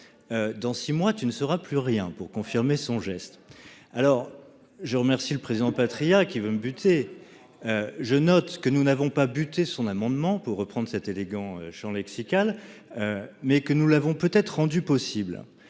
Dans six mois tu ne seras plus rien pour confirmer son geste. Alors, je remercie le président Patriat qui veut me buter. Je note que nous n'avons pas buter son amendement pour reprendre cet élégant Champ lexical. Mais que nous l'avons peut être rendue possible